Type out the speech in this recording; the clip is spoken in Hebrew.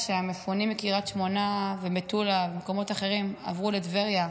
כשהמפונים מקריית שמונה ומטולה ומקומות אחרים עברו לטבריה,